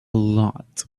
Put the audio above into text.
lot